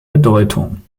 bedeutung